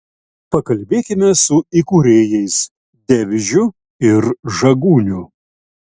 pakalbėkime su įkūrėjais devižiu ir žagūniu